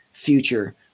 future